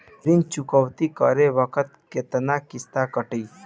ऋण चुकौती करे बखत केतना किस्त कटी?